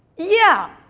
yeah.